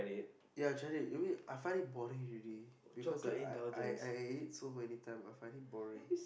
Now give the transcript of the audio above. ya I tried it you mean I find it boring already because I I I eat so many time I find it boring